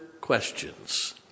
questions